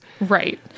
right